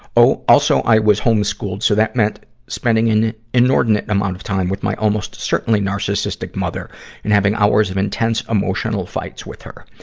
oh, also i was home-schooled, so that meant spending an inordinate amount of time with my almost certainly narcissistic mother and having hours of intense emotional fights with her.